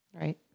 Right